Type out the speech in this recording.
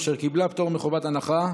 אשר קיבלה פטור מחובת הנחה.